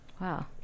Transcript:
Wow